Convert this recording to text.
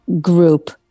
group